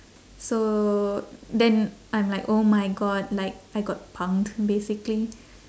so then I'm like oh my god like I got punked basically